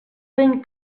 ben